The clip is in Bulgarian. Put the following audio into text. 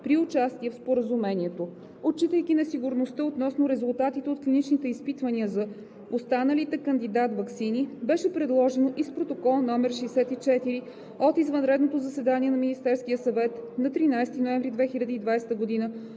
при участие в Споразумението. Отчитайки несигурността относно резултатите от клиничните изпитвания за останалите кандидат ваксини, беше предложено и с Протокол № 64 от извънредното заседание на Министерския съвет на 13 ноември 2020 г.